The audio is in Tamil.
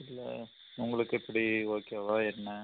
இல்லை உங்களுக்கு எப்படி ஓகேவா என்ன